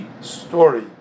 story